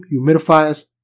humidifiers